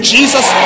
Jesus